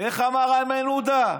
איך אמר איימן עודה?